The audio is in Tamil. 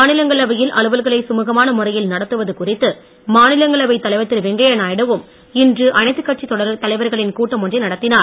மாநிலங்களவையில் அலுவல்களை சுமுகமான முறையில் நடத்துவது குறித்து மாநிலங்களவை தலைவர் திரு வெங்கையநாயுடுவும் இன்று அனைத்து கட்சித் தலைவர்களின் கூட்டம் ஒன்றை நடத்தினார்